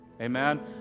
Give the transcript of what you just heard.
Amen